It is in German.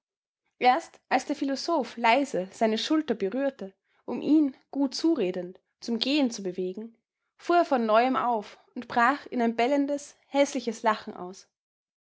erst als der philosoph leise seine schulter berührte um ihn gut zuredend zum gehen zu bewegen fuhr er von neuem auf und brach in ein bellendes häßliches lachen aus